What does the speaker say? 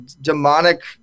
demonic